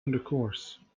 intercourse